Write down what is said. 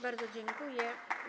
Bardzo dziękuję.